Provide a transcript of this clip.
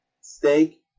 Steak